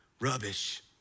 Rubbish